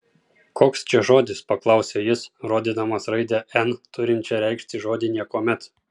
koks čia žodis paklausė jis rodydamas raidę n turinčią reikšti žodį niekuomet